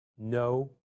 no